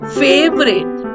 favorite